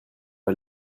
pas